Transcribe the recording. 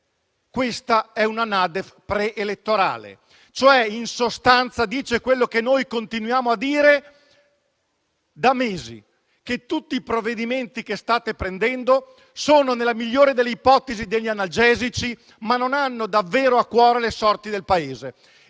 schiettamente pre-elettorale». In sostanza, dice quello che noi affermiamo da mesi: tutti i provvedimenti che state prendendo sono, nella migliore delle ipotesi, degli analgesici, che non hanno davvero a cuore le sorti del Paese.